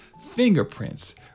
fingerprints